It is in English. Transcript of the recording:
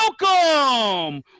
welcome